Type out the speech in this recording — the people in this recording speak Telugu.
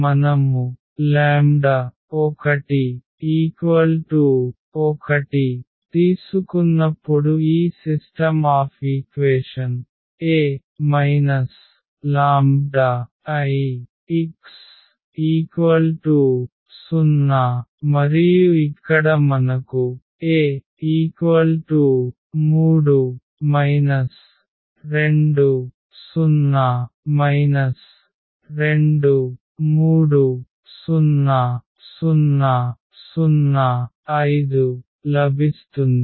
మనము 11 తీసుకున్నప్పుడు ఈ system of equation A λIx0 మరియు ఇక్కడ మనకు A 3 2 0 2 3 0 0 0 5 లభిస్తుంది